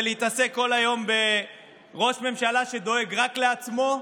זה להתעסק כל היום בראש ממשלה שדואג רק לעצמו.